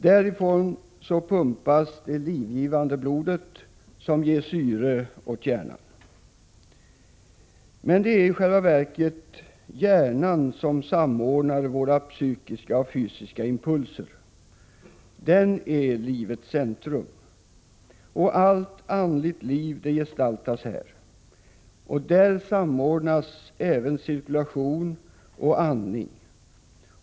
Därifrån pumpas det livgivande blodet som ger syre åt hjärnan. Men det är i själva verket hjärnan som samordnar våra psykiska och fysiska impulser. Den är livets centrum. Allt andligt liv gestaltas här. Där samordnas även cirkulation och andning.